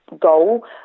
goal